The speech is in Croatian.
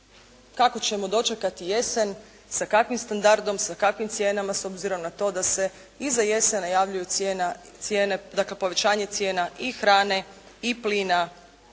kako ćemo dočekati jesen, sa kakvim standardom, sa kakvim cijenama s obzirom na to da se i za jesen najavljuje dakle povećanje cijena i hrane i plina